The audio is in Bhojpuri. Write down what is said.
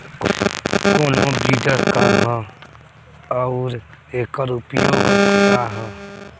कोनो विडर का ह अउर एकर उपयोग का ह?